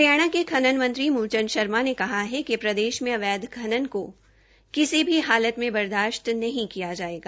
हरियाणा के खनन मंत्री मूल चंद शर्मा ने कहा कि प्रदेश में अवैध खनन को किसी भी हालत में बर्दाश्त नहीं किया जायेगा